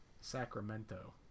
Sacramento